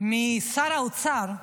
משר האוצר,